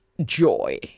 joy